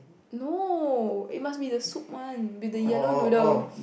no it must be the soup one with the yellow noodle